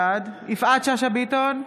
בעד יפעת שאשא ביטון,